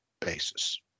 basis